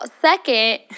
Second